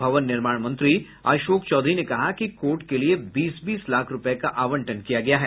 भवन निर्माण मंत्री अशोक चौधरी ने कहा कि कोर्ट के लिए बीस बीस लाख रूपये का आंवटन किया गया है